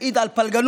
מעיד על פלגנות,